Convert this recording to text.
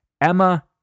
Emma